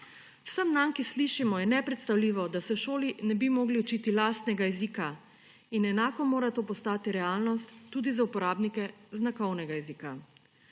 Vsem nam, ki slišimo, je nepredstavljivo, da se v šoli ne bi mogli učiti lastnega jezika, in enako mora to postati realnost tudi za uporabnike znakovnega jezika.